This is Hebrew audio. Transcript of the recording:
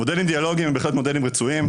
מודלים דיאלוגיים הם בהחלט מודלים רצויים.